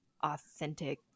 authentic